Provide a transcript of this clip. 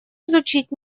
изучить